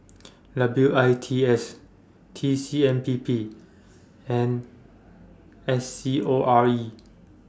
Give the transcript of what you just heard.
W I T S T C M P P and S C O R E